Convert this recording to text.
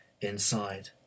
inside